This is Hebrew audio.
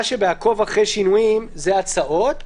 מה שבעקוב אחרי שינויים זה ההצעות.